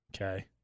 Okay